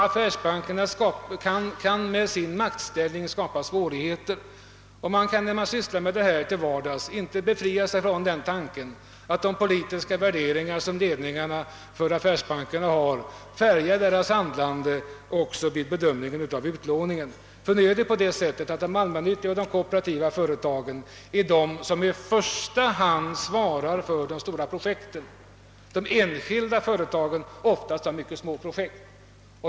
Affärsbankerna kan genom sin maktställning skapa svårigheter; När man till vardags sysslar med dessa frågor kan man inte befria sig från intrycket att de politiska värderingar, som ledningarna för affärsbankerna har, färgar deras handlande vid bedömningen av utlåningen. Ty det är de allmännyttiga och de kooperativa företagen som i första hand svarar för de stora projekten, medan de enskilda företagen oftast har små projekt.